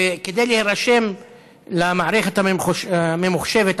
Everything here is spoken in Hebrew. וכדי להירשם למערכת הממוחשבת,